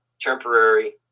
temporary